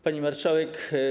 Pani Marszałek!